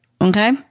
Okay